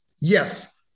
Yes